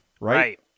right